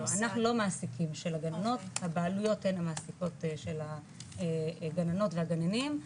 אנחנו לא המעסיקים של הגננות הבעלויות הן המעסיקות של הגננות והגננים,